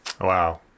Wow